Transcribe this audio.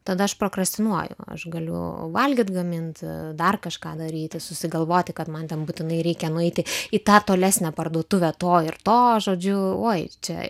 tada aš prokrestinuoju aš galiu valgyt gamint dar kažką daryti susigalvoti kad man būtinai reikia nueiti į tą tolesnę parduotuvę to ir to žodžiu oi čia